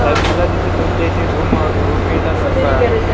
साहेब मला तिथे तुमच्या इथे रूम रूम मिळतात असं कळलं